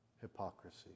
hypocrisy